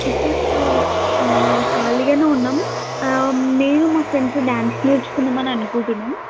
ఇప్పుడు ఖాళీగానే ఉన్నాం నేను మా ఫ్రెండ్స్ డ్యాన్స్ నేర్చుకుందామని అనుకుంటున్నాం